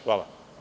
Hvala.